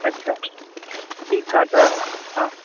अच्छा ठीकु आहे त हा